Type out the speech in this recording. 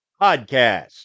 Podcast